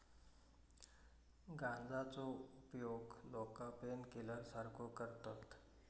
गांजाचो उपयोग लोका पेनकिलर सारखो करतत